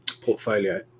portfolio